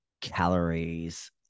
calories